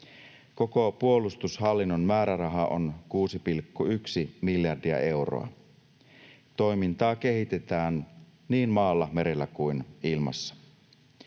Koko puolustushallinnon määräraha on 6,1 miljardia euroa. Toimintaa kehitetään niin maalla, merellä kuin ilmassa.